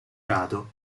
rado